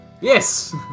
Yes